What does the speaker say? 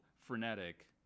frenetic